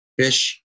fish